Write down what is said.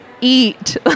Eat